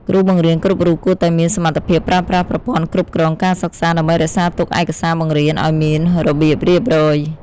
គ្រូបង្រៀនគ្រប់រូបគួរតែមានសមត្ថភាពប្រើប្រាស់ប្រព័ន្ធគ្រប់គ្រងការសិក្សាដើម្បីរក្សាទុកឯកសារបង្រៀនឱ្យមានរបៀបរៀបរយ។